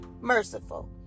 merciful